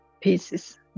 pieces